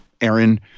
Aaron